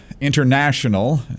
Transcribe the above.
international